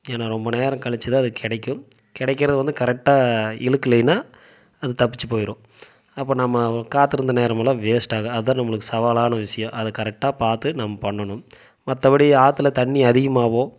ஏன்னா ரொம்ப நேரம் கிழித்து தான் அது கிடைக்கும் கிடைக்குறது வந்து கரெக்டாக இழுக்குலேனா அது தப்பித்து போயிடும் அப்போ நம்ம காத்திருந்த நேரமெல்லாம் வேஸ்ட்டாக தான் அதான் நம்மளுக்கு சவாலான விஷியம் அதை கரெக்டாக பார்த்து நம்ம பண்ணணும் மற்றபடி ஆற்றில் தண்ணி அதிகமாக